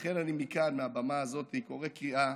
לכן אני מכאן, מהבמה הזאת, קורא קריאה,